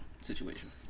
situation